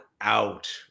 out